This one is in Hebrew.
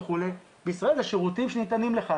בישראל אלה שירותים שניתנים לך.